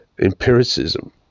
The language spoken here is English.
empiricism